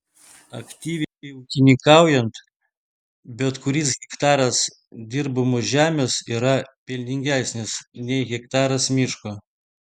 aktyviai ūkininkaujant bet kuris hektaras dirbamos žemės yra pelningesnis nei hektaras miško